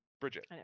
Bridget